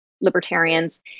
libertarians